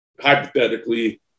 Hypothetically